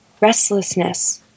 restlessness